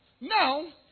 Now